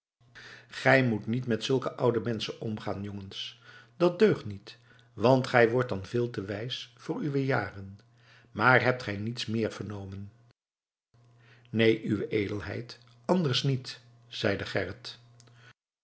gij moet niet met zulke oude menschen omgaan jongens dat deugt niet want gij wordt dan veel te wijs voor uwe jaren maar hebt gij niets meer vernomen neen uwe edelheid anders niet zeide gerrit